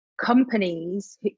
companies